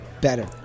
better